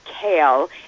kale